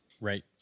Right